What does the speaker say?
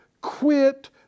quit